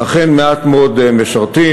אכן מעט מאוד משרתים,